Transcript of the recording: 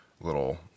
little